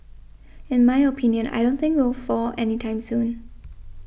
in my opinion I don't think will fall any time soon